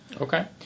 Okay